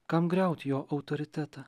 kam griauti jo autoritetą